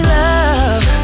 love